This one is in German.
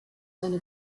seine